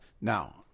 now